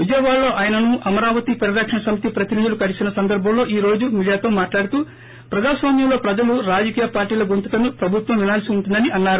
విజయవాడలో ఆయనను అమరావతి పరిరక్షణ సమితి ప్రతినిధులు కలిసిన సందర్బంలో ఈ రోజు మీడియాతో మాట్లాడుతూ ప్రజాస్వామ్యంలో ప్రజలు రాజకీయ పార్టీల గొంతుకను ప్రభుత్వం వినాల్సి ఉంటుందని అన్నారు